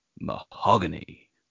mahogany